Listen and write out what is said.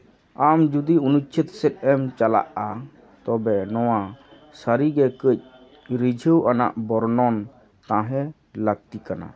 ᱟᱢ ᱡᱩᱫᱤ ᱚᱱᱩᱪᱪᱷᱮᱫ ᱥᱮᱫ ᱮᱢ ᱪᱟᱞᱟᱜᱼᱟ ᱛᱚᱵᱮ ᱱᱚᱣᱟ ᱥᱟᱹᱨᱤᱜᱮ ᱠᱟᱹᱡ ᱨᱤᱡᱷᱟᱹᱣ ᱟᱱᱟᱜ ᱵᱚᱨᱱᱚᱱ ᱛᱟᱦᱮᱸ ᱞᱟᱹᱠᱛᱤ ᱠᱟᱱᱟ